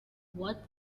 what